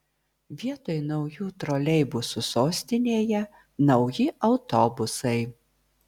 vietoj naujų troleibusų sostinėje nauji autobusai